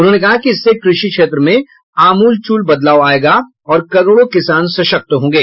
उन्होंने कहा कि इससे कृषि क्षेत्र में आमूलचूल बदलाव आएगा और करोडो किसान सशक्त होंगे